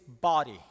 body